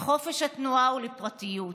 לחופש התנועה ולפרטיות,